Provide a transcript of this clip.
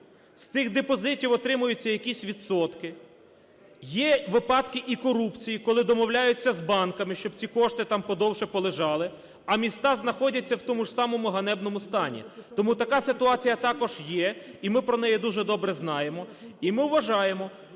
з тих депозитів отримуються якісь відсотки, є випадки і корупції, коли домовляються з банками, щоб ці кошти там подовше полежали, а міста знаходяться в тому ж самому ганебному стані. Тому така ситуація також є, і ми про неї дуже добре знаємо, і ми вважаємо,